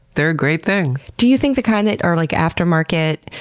they're a great thing. do you think the kind that are like after-market,